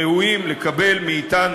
ראויים לקבל מאתנו,